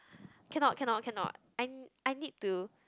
cannot cannot cannot I I need to